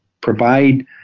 provide